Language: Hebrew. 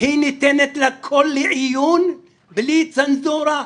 היא ניתנת לכל לעיון בלי צנזורה,